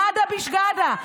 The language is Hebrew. נאדה ביש גדא.